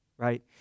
right